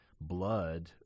blood